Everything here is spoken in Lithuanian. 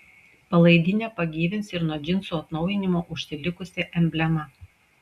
palaidinę pagyvins ir nuo džinsų atnaujinimo užsilikusi emblema